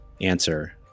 answer